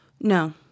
No